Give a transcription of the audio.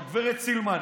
הגב' סילמן,